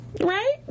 Right